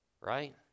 right